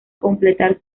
completar